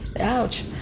Ouch